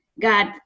God